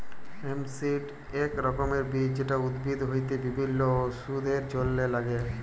hemp seed এক রকমের বীজ যেটা উদ্ভিদ হইতে বিভিল্য ওষুধের জলহে লাগ্যে